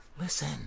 Listen